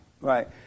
Right